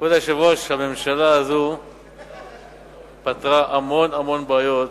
כבוד היושב-ראש, הממשלה הזאת פתרה המון המון בעיות